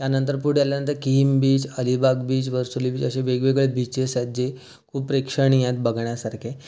त्यानंतर पुढे आल्यानंतर Kihim beach Alibag beach Varsoli beach असे वेगवेगळे बीचेस आहेत जे खूप प्रेक्षणीय आहेत बघण्यासारखे